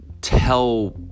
tell